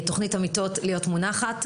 תכנית המיטות הייתה צריכה להיות מונחת,